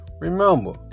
remember